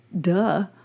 Duh